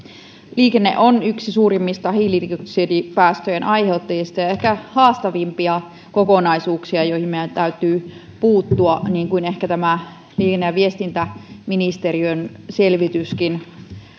liikenne on yksi suurimmista hiilidioksidipäästöjen aiheuttajista ja ehkä haastavimpia kokonaisuuksia joihin meidän täytyy puuttua niin kuin ehkä tämä liikenne ja viestintäministeriön selvityskin